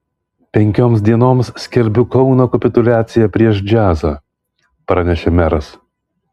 penkioms dienoms skelbiu kauno kapituliaciją prieš džiazą pranešė meras